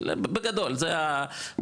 זה בגדול המהלך.